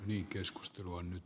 niin keskustelun